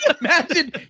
imagine